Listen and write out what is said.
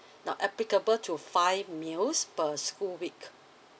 now applicable to five meals per school week